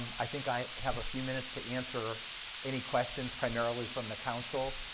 i think i have a few minutes to answer any questions primarily from the council,